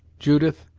judith,